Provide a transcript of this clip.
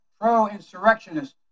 pro-insurrectionist